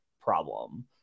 problem